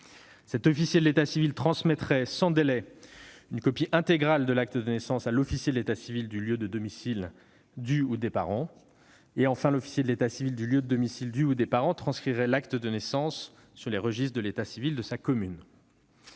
cet officier de l'état civil transmettrait sans délai une copie intégrale de l'acte de naissance à l'officier de l'état civil du lieu de domicile du ou des parents ; enfin, ce dernier transcrirait l'acte de naissance sur les registres de l'état civil de sa commune.